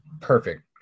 Perfect